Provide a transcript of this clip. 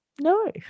No